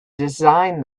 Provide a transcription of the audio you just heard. design